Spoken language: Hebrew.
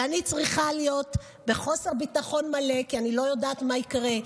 ואני צריכה להיות בחוסר ביטחון מלא כי אני לא יודעת מה יקרה.